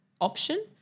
option